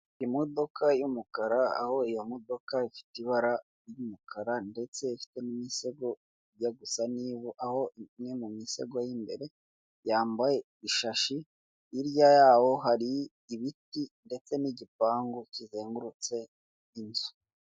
Imodoka y'umukara aho iyo modoka ifite ibara ry'umukara ndetse ifite imisego ijya gusa n'ivu aho imwe mu misego y'imbere yambaye ishashi, hirya yaho hari ibiti ndetse n'igipangu kizengurutse inzu.